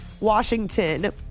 Washington